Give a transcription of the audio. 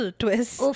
twist